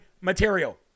material